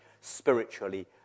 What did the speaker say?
spiritually